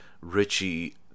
Richie